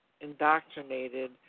indoctrinated